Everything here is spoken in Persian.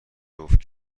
جفت